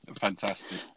Fantastic